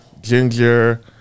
ginger